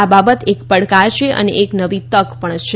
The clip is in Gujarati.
આ બાબત એક પડકાર છે અને નવી તક પણ છે